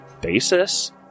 basis